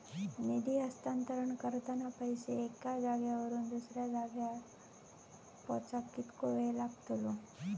निधी हस्तांतरण करताना पैसे एक्या जाग्यावरून दुसऱ्या जाग्यार पोचाक कितको वेळ लागतलो?